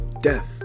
death